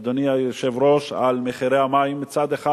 אדוני היושב-ראש, על מחירי המים מצד אחד